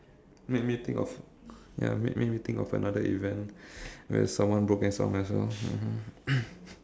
made me think of ya made made me think of another event where someone broke his arm as well mmhmm